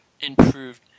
improved